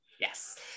yes